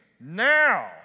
now